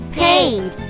paid